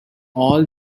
all